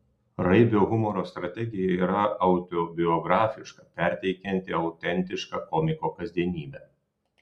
raibio humoro strategija yra autobiografiška perteikianti autentišką komiko kasdienybę